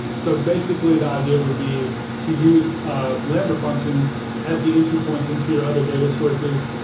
so basically, the idea would be to use lambda functions as the entry points into your other data sources,